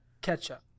ketchup